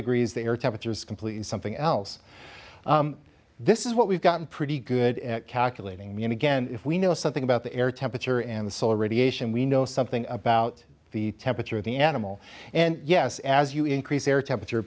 degrees the air temperature is completely something else this is what we've gotten pretty good at calculating mean again if we know something about the air temperature and the solar radiation we know something about the temperature of the animal and yes as you increase air temperature